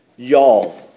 Y'all